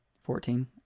Fourteen